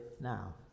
now